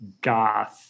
Goth